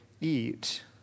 eat